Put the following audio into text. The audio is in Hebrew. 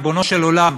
ריבונו של עולם,